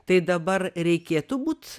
tai dabar reikėtų būt